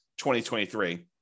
2023